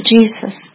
Jesus